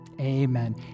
Amen